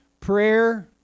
prayer